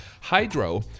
Hydro